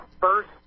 first